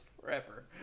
forever